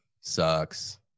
sucks